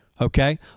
Okay